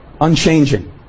unchanging